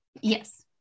Yes